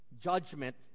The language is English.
judgment